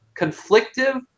conflictive